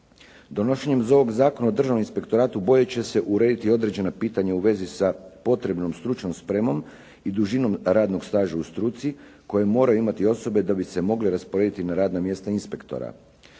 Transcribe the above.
Donošenjem ovog Zakona o Državnom inspektoratu bolje će se urediti određena pitanja u vezi s potrebnom stručnom spremom i dužinom radnog staža u struci kojeg moraju imati osobe da bi se mogli rasporediti na radna mjesta inspektora.